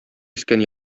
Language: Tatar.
искән